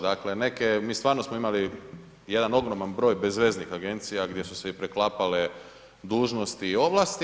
Dakle neke, mi stvarno smo imali jedan ogroman broj bezveznih agencija gdje su se i preklapale dužnosti i ovlasti.